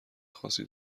خاصی